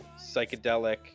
psychedelic